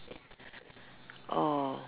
oh